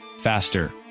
faster